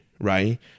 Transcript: right